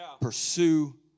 Pursue